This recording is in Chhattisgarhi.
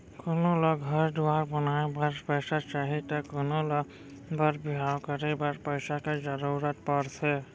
कोनो ल घर दुवार बनाए बर पइसा चाही त कोनों ल बर बिहाव करे बर पइसा के जरूरत परथे